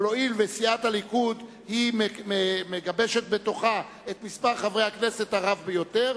אבל הואיל וסיעת הליכוד מגבשת בתוכה את מספר חברי הכנסת הרב ביותר,